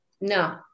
No